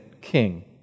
king